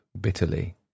bitterly